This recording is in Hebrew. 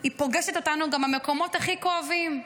היא פוגשת אותנו גם המקומות הכי כואבים.